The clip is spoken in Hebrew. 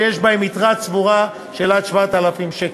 שיש בהם יתרה צבורה עד 7,000 שקל.